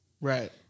Right